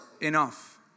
enough